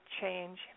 Change